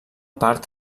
part